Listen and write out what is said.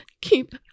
keep